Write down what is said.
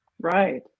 right